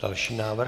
Další návrh.